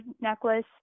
necklace